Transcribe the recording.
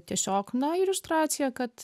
tiesiog na iliustracija kad